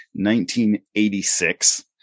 1986